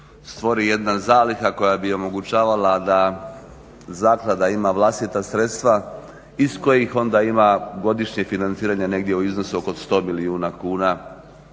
stvori jedna zaliha koja bi omogućavala da Zaklada ima vlastita sredstva iz kojih onda ima godišnje financiranje negdje u iznosu oko 100 milijuna kuna,